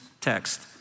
text